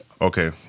Okay